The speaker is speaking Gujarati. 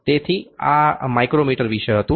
તેથી આ માઇક્રોમીટર વિશે હતું